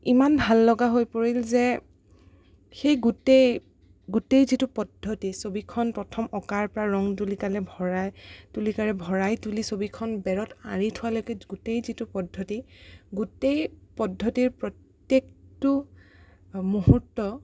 ইমান ভাললগা হৈ পৰিল যে সেই গোটেই গোটেই যিটো পদ্ধতি ছবিখন প্ৰথম অঁকাৰপৰা ৰং তুলিকালে ভৰাই তুলিকাৰে ভৰাই তুলি ছবিখন বেৰত আঁৰি থোৱালৈকে গোটেই যিটো পদ্ধতি গোটেই পদ্ধতিৰ প্ৰত্য়েকটো মুহূৰ্ত